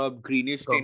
Greenish